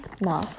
No